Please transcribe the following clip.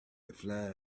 flying